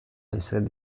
essere